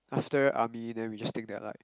after army then we just think that like